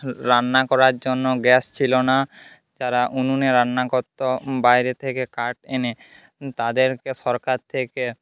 রান্না করার জন্য গ্যাস ছিল না যারা উনুনে রান্না করতো বাইরে থেকে কাঠ এনে তাদেরকে সরকার থেকে